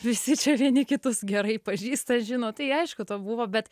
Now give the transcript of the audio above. visi čia vieni kitus gerai pažįsta žino tai aišku to buvo bet